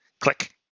Click